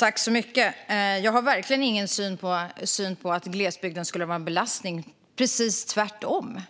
Herr ålderspresident! Jag har verkligen inte synen att glesbygden skulle vara en belastning. Det är faktiskt precis tvärtom.